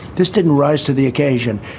this didn't rise to the occasion.